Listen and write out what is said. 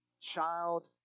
Child